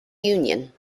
union